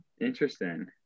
Interesting